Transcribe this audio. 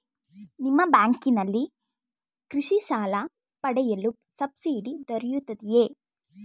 ನಿಮ್ಮ ಬ್ಯಾಂಕಿನಲ್ಲಿ ಕೃಷಿ ಸಾಲ ಪಡೆಯಲು ಸಬ್ಸಿಡಿ ದೊರೆಯುತ್ತದೆಯೇ?